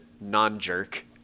non-jerk